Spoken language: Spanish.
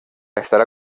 estará